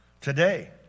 today